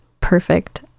perfect